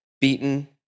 beaten